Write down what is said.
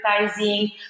advertising